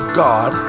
god